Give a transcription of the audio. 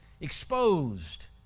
exposed